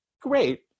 great